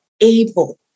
able